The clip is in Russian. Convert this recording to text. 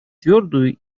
твердую